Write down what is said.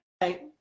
right